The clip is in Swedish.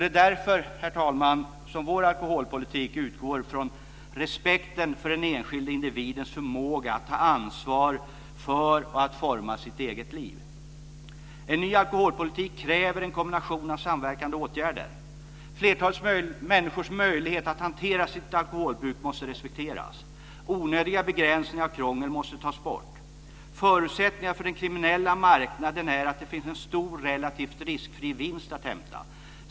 Det är därför som vår alkoholpolitik utgår från respekten för den enskilde individens förmåga att ta ansvar för och forma sitt eget liv. En ny alkoholpolitik kräver en kombination av samverkande åtgärder. Flertalet människors möjlighet att hantera sitt alkoholbruk måste respekteras. Onödiga begränsningar och krångel måste tas bort. Förutsättningarna för den kriminella marknaden är att det finns en stor relativt riskfri vinst att hämta.